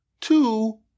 two